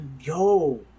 yo